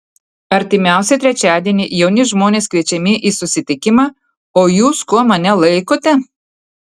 artimiausią trečiadienį jauni žmonės kviečiami į susitikimą o jūs kuo mane laikote